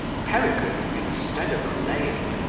peregrine, instead of allaying,